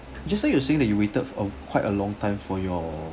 just now you were saying that you waited a quite a long time for your